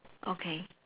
okay